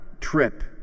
trip